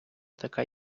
така